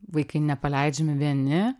vaikai nepaleidžiami vieni